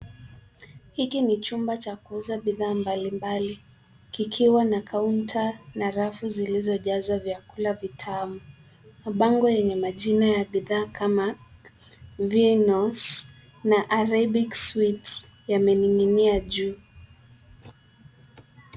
Hiki ni chumba cha kuuza bidhaa mbalimbali kikiwa na kaunta na rafu zilizojazwa vyakula vitamu. Mabango yenye majina ya bidhaa kama vinos na arebics wheats yamening'inia juu.